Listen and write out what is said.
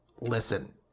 listen